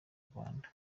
rwanda